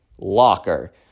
Locker